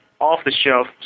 off-the-shelf